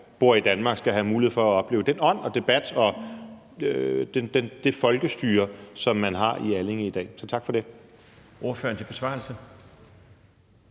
man bor i Danmark, skal have mulighed for at opleve den ånd og den debat og det folkestyre, som man har i Allinge i dag. Så tak for det.